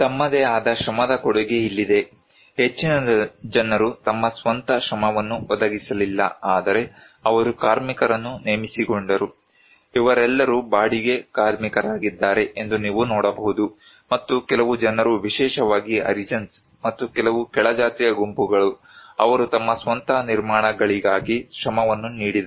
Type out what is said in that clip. ತಮ್ಮದೇ ಆದ ಶ್ರಮದ ಕೊಡುಗೆ ಇಲ್ಲಿದೆ ಹೆಚ್ಚಿನ ಜನರು ತಮ್ಮ ಸ್ವಂತ ಶ್ರಮವನ್ನು ಒದಗಿಸಲಿಲ್ಲ ಆದರೆ ಅವರು ಕಾರ್ಮಿಕರನ್ನು ನೇಮಿಸಿಕೊಂಡರು ಇವರೆಲ್ಲರೂ ಬಾಡಿಗೆ ಕಾರ್ಮಿಕರಾಗಿದ್ದಾರೆ ಎಂದು ನೀವು ನೋಡಬಹುದು ಮತ್ತು ಕೆಲವು ಜನರು ವಿಶೇಷವಾಗಿ ಹರಿಜನ್ಸ್ ಮತ್ತು ಕೆಲವು ಕೆಳಜಾತಿಯ ಗುಂಪುಗಳು ಅವರು ತಮ್ಮ ಸ್ವಂತ ನಿರ್ಮಾಣಗಳಿಗಾಗಿ ಶ್ರಮವನ್ನು ನೀಡಿದರು